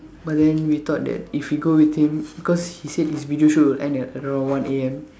but then we thought that if we go with him because he said his video shoot will end at around one A_M